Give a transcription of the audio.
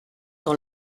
dans